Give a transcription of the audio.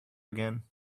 again